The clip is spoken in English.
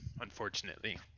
unfortunately